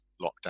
lockdown